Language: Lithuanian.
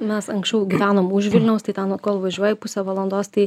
mes anksčiau gyvenom už vilniaus tai ten kol važiuoji pusė valandos tai